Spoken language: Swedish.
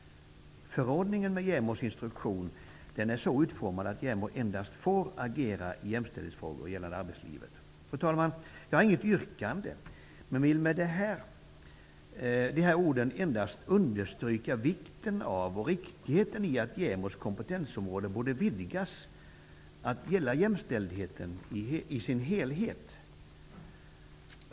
Förordningen med JämO:s instruktion är utformad så att JämO endast tillåts agera i jämställdshetsfrågor som gäller arbetslivet. Fru talman! Jag har inget yrkande. Med dessa ord vill jag enbart understryka vikten av och riktigheten i att JämO:s kompetensområde bör vidgas att gälla jämställdheten i dess helhet.